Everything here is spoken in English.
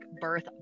Birth